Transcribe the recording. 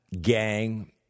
gang